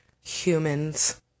Humans